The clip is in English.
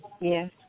Yes